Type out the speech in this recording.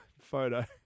photo